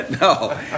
no